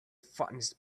funniest